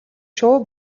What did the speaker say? шувуу